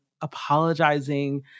apologizing